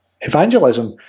Evangelism